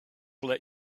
let